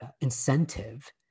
incentive